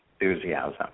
enthusiasm